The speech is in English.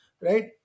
right